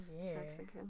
Mexican